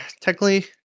technically